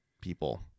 people